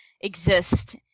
exist